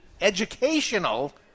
educational